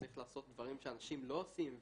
צריך לעשות דברים שאנשים לא עושים ולהעיז.